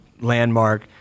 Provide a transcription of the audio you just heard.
landmark